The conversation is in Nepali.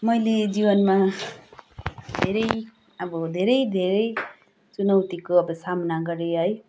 मैले जीवनमा धेरै अब धेरै धेरै चुनौतीको अब सामना गरेँ है